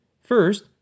First